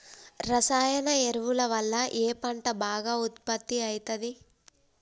రసాయన ఎరువుల వల్ల ఏ పంట బాగా ఉత్పత్తి అయితది?